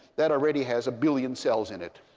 that already has a billion cells in it.